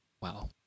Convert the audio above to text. Wow